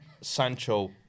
Sancho